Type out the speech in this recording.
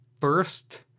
first